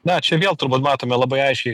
na čia vėl turbūt matome labai aiškiai